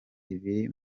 ibiri